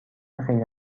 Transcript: خیلی